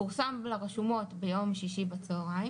פורסם לרשומות ביום שישי בצוהריים,